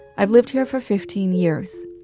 i've lived here for fifteen years.